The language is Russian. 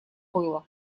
было